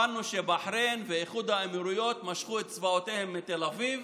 הבנו שבחריין ואיחוד האמירויות משכו את צבאותיהם מתל אביב,